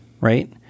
right